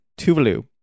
Tuvalu